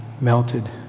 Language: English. melted